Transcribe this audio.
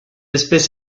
espèce